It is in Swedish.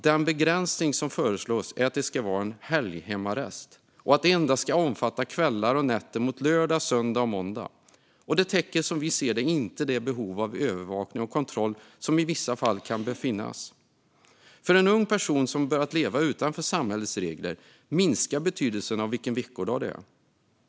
Den begränsning som föreslås är att en helghemarrest endast ska omfatta kvällar och nätter mot lördag, söndag och måndag. Som vi ser det täcker inte detta det behov av övervakning och kontroll som i vissa fall kan finnas. För en ung person som har börjat leva utanför samhällets regler minskar betydelsen av vilken veckodag det är.